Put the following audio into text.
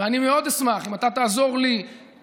ואני אשמח מאוד אם אתה תעזור לי לפנות,